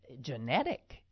genetic